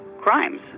crimes